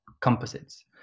composites